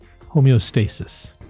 homeostasis